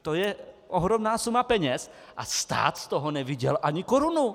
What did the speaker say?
To je ohromná suma peněz a stát z toho neviděl ani korunu!